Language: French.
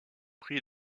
pris